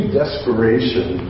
desperation